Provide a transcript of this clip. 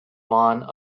vaughan